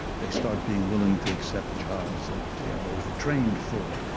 they start being willing to accept jobs that they are overtrained for,